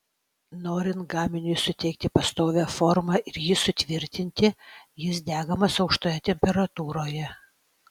norint gaminiui suteikti pastovią formą ir jį sutvirtinti jis degamas aukštoje temperatūroje